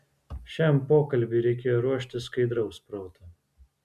šiam pokalbiui reikėjo ruoštis skaidraus proto